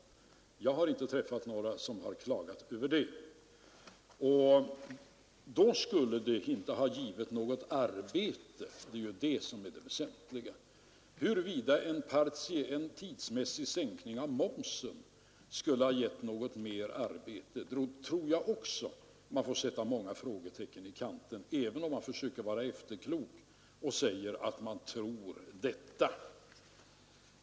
Jag har inte träffat några som har klagat över det. Då skulle förslagen inte ha givit något arbete, det är ju det som är det väsentliga. Huruvida en tidsmässig sänkning av momsen skulle ha gett något mer arbete tror jag också man får sätta många frågetecken i kanten för, även om man försöker vara efterklok och säger att man tror detta.